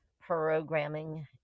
programming